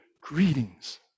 greetings